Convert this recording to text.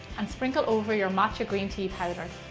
and sprinkle over your matcha green tea powder.